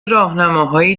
راهنماهایی